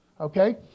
Okay